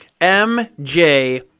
MJ